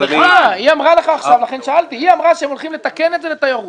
היא אמרה שהם הולכים לתקן ולכן שאלתי.